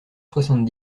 soixante